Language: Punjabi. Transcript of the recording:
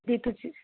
ਅਤੇ ਤੁਸੀਂ